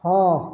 ହଁ